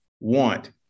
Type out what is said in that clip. want